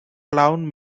clown